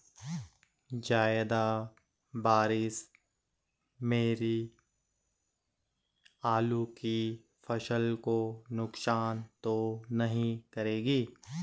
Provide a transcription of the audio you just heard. ज़्यादा बारिश मेरी आलू की फसल को नुकसान तो नहीं करेगी?